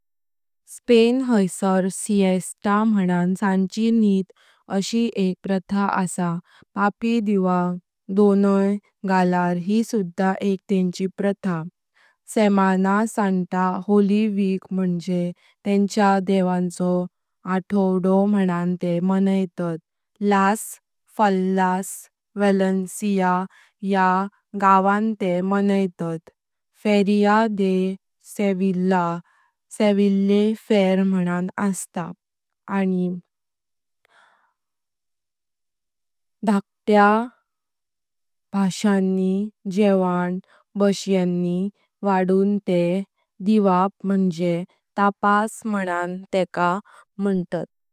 स्पेन हायसार मनन सांछी निद आशि एक प्रथा आसा, पापी दिवाप दोनय गलांचेर यी सुधा एक तेंची प्रथा, (मुझें तेंच्या देवनचो आठवडो मनन ते मायनातात), वलेन्सिया या गावं ते मायनातात, (सेव्हिल्ले फेअर मनन आस्त), आनी ढाक्या भाष्यानी जेवाण वडून ते दिवाप मंजे मनन तेका मांतात।